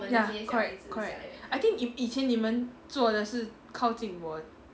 ya correct correct I think 以以前你们做的是靠近我